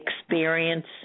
Experience